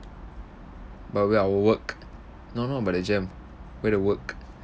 but we are work no not about the jam way to work